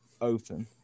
open